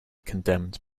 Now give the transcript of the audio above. condemned